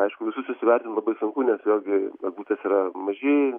aišku visus juos įvertint labai sunku nes vėlgi eglutės yra maži